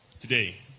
today